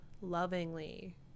lovingly